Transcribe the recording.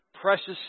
precious